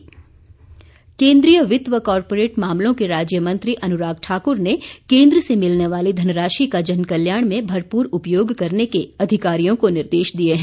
अनुराग ठाकुर केंद्रीय वित्त व कॉर्पोरेट मामलों के राज्य मंत्री अनुराग ठाकुर ने केंद्र से मिलने वाली धनराशि का जनकल्याण में भरपूर उपयोग करने के अधिकारियों को निर्देश दिए हैं